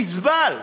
נסבל,